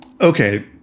okay